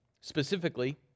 Specifically